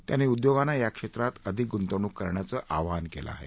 त्यांनी उद्योगांना या क्षेत्रात अधिक गुंतवणूक करण्याचं आवाहन केलं आहे